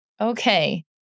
Okay